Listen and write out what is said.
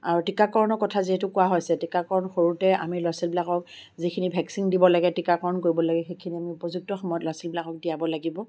আৰু টীকাকৰণৰ কথা যিহেতু কোৱা হৈছে টীকাকৰণ সৰুতে আমি ল'ৰা ছোৱালীবিলাকক যিখিনি ভেকচিন দিব লাগে টীকাকৰণ কৰিব লাগে সেইখিনি আমি উপযুক্ত সময়ত ল'ৰা ছোৱালীবিলাকক দিয়াব লাগিব